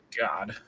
god